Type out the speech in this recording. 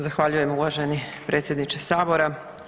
Zahvaljujem uvaženi predsjedniče sabora.